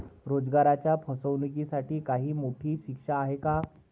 रोजगाराच्या फसवणुकीसाठी काही मोठी शिक्षा आहे का?